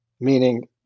meaning